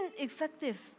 ineffective